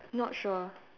not sure